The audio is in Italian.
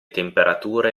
temperature